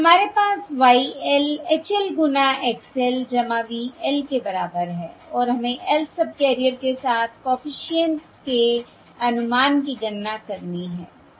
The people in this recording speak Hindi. हमारे पास Y l H l गुना X l V l के बराबर है और हमें lth सबकैरियर के साथ कॉफिशिएंट्स के अनुमान की गणना करनी है ठीक है